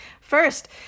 First